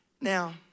Now